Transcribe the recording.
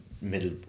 middle